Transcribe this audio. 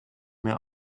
mehr